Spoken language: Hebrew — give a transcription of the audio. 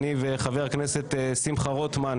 אני וחבר הכנסת שמחה רוטמן,